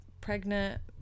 pregnant